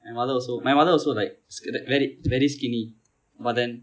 my mother also my mother also like sk~ very very skinny but then